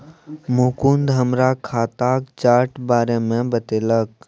मुकुंद हमरा खाताक चार्ट बारे मे बतेलक